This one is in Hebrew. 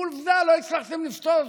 עובדה, לא הצלחתם לפתור זאת,